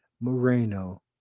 Moreno